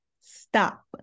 Stop